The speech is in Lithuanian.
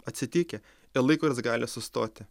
atsitikę ir laikrodis gali sustoti